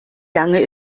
lange